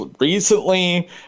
recently